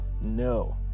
No